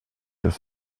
sur